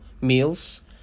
meals